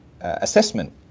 assessment